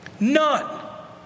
None